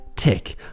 tick